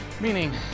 meaning